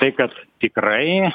tai kas tikrai